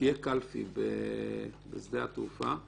תהיה קלפי בשדה התעופה בלוד,